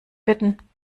bitten